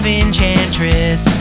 enchantress